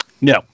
No